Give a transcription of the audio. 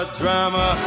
drama